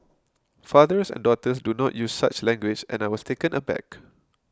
fathers and daughters do not use such language and I was taken aback